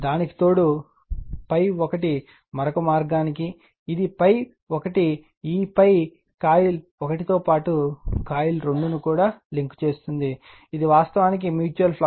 దానికి తోడు ∅1 మరొక మార్గానికి ఇది ∅1 ఈ ∅ కాయిల్ 1 తో పాటు కాయిల్ 2 ను కూడా లింక్ చేస్తుంది ఇది వాస్తవానికి మ్యూచువల్ ఫ్లక్స్